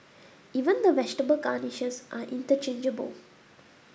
even the vegetable garnishes are interchangeable